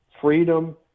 freedom